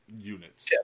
units